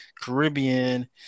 Caribbean